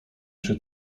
czy